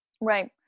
Right